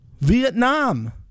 Vietnam